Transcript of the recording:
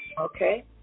Okay